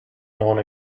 known